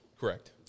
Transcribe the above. Correct